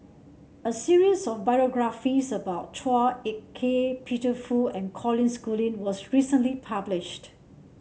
a series of biographies about Chua Ek Kay Peter Fu and Colin Schooling was recently published